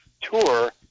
tour